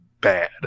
bad